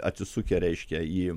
atsisukę reiškia į